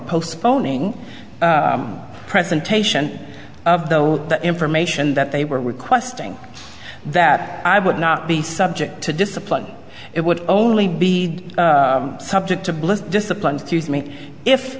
postponing presentation of though the information that they were requesting that i would not be subject to discipline it would only be subject to blitz discipline to use me if